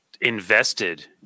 invested